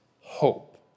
hope